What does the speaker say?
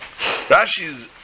Rashi's